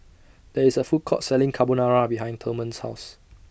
There IS A Food Court Selling Carbonara behind Thurman's House